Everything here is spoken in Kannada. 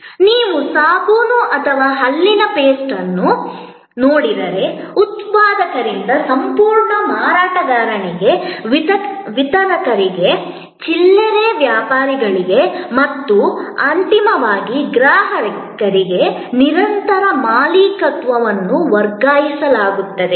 ನೀವು ಸಾಬೂನು ಅಥವಾ ಹಲ್ಲಿನ ಪೇಸ್ಟ್ ಅನ್ನು ನೋಡಿದರೆ ಉತ್ಪಾದಕರಿಂದ ಸಂಪೂರ್ಣ ಮಾರಾಟಗಾರನಿಗೆ ವಿತರಕರಿಗೆ ಚಿಲ್ಲರೆ ವ್ಯಾಪಾರಿಗಳಿಗೆ ಮತ್ತು ಅಂತಿಮವಾಗಿ ಗ್ರಾಹಕರಿಗೆ ನಿರಂತರ ಮಾಲೀಕತ್ವವನ್ನು ವರ್ಗಾಯಿಸಲಾಗುತ್ತದೆ